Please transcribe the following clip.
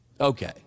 okay